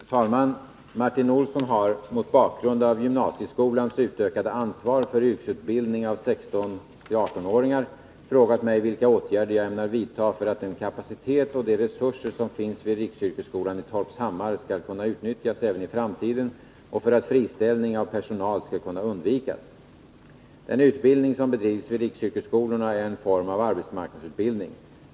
Fru talman! Martin Olsson har, mot bakgrund av gymnasieskolans utökade ansvar för yrkesutbildning av 16-18-åringar, frågat mig vilka åtgärder jag ämnar vidta för att den kapacitet och de resurser, som finns vid riksyrkesskolan i Torpshammar, skall kunna utnyttjas även i framtiden och för att friställning av personal skall kunna undvikas. Den utbildning som bedrivs vid riksyrkesskolorna är en form av arbetsmarknadsutbildning.